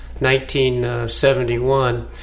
1971